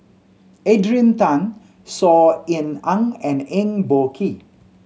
Adrian Tan Saw Ean Ang and Eng Boh Kee